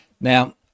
Now